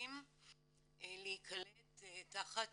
העובדים להיקלט תחת